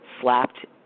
slapped